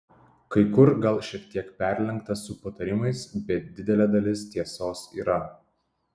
kai kur gal šiek tiek perlenkta su patarimais bet didelė dalis tiesos yra